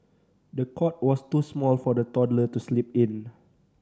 the cot was too small for the toddler to sleep in